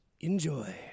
Enjoy